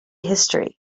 history